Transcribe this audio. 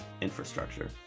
infrastructure